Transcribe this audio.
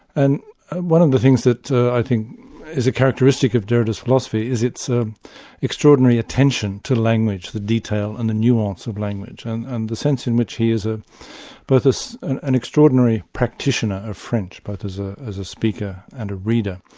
and one of the things that i think is a characteristic of derrida's philosophy is its ah extraordinary attention to language, the detail and the nuance of language, and and the sense in which he is ah both an an extraordinary practitioner of french, both as ah as a speaker and a reader.